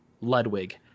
Ludwig